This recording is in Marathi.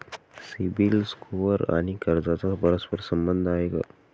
सिबिल स्कोअर आणि कर्जाचा परस्पर संबंध आहे का?